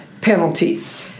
penalties